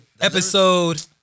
episode